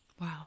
Wow